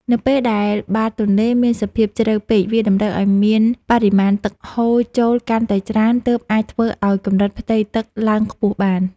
នៅពេលដែលបាតទន្លេមានសភាពជ្រៅពេកវាតម្រូវឱ្យមានបរិមាណទឹកហូរចូលកាន់តែច្រើនទើបអាចធ្វើឱ្យកម្រិតផ្ទៃទឹកឡើងខ្ពស់បាន។